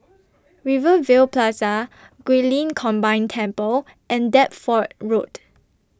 Rivervale Plaza Guilin Combined Temple and Deptford Road